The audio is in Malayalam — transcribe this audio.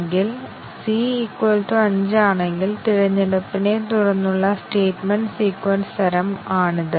കംപോണൻറ് കണ്ടിഷനുകളുടെ എണ്ണം കൂടുന്നതിനനുസരിച്ച് ഒന്നിലധികം കണ്ടീഷൻ കവറേജ് നേടാൻ ആവശ്യമായ ടെസ്റ്റ് കേസുകളുടെ എണ്ണം ഗണ്യമായി വലുതായിത്തീരുന്നു